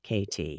KT